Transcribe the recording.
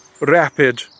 rapid